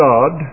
God